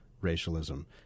racialism